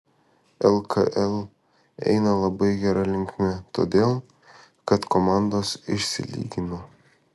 lkl eina labai gera linkme todėl kad komandos išsilygino